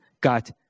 got